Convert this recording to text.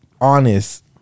honest